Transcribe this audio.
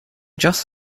just